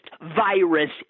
virus